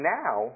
now